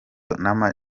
n’ama